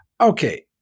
Okay